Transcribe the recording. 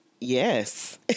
yes